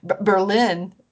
Berlin